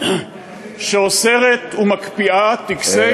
שאוסרת ומקפיאה טקסי הכנסת,